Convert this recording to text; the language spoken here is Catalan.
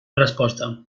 resposta